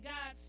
God